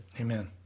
Amen